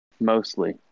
Mostly